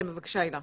כן, בבקשה, הילה.